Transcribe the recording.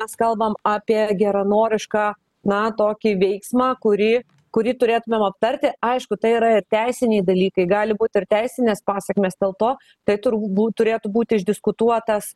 mes kalbam apie geranorišką na tokį veiksmą kurį kurį turėtumėm aptarti aišku tai yra ir teisiniai dalykai gali būt ir teisinės pasekmės dėl to tai turbūt turėtų būti išdiskutuotas